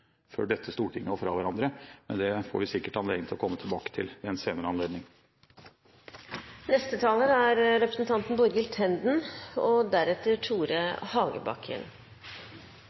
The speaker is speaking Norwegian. før dette stortinget går fra hverandre. Det får vi sikkert anledning til å komme tilbake til ved en senere anledning. Først vil jeg takke interpellanten for å ta opp et viktig tema. Mye er sagt allerede, og